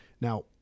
Now